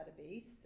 database